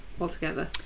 altogether